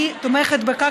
אני תומכת בכך